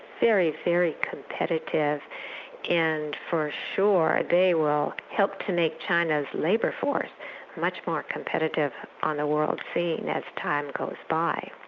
very, very competitive and for sure they will help to make china's labour force much more competitive on the world scene as time goes by.